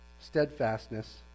Steadfastness